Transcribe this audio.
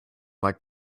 like